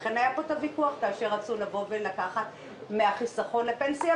לכן היה פה ויכוח כאשר רצו לקחת מהחיסכון לפנסיה,